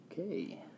okay